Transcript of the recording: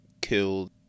killed